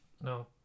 No